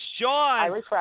Sean